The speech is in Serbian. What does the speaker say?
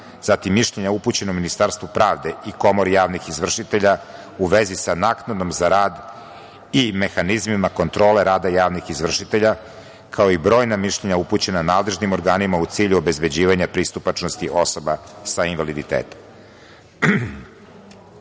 zato mišljenja upućenog Ministarstvu pravde i Komori javnih izvršitelja u vezi sa naknadom za rad i mehanizmima kontrole rada javnih izvršitelja, kao i brojna mišljenja upućena nadležnim organima u cilju obezbeđivanja pristupačnosti osoba sa invaliditetom. Uputili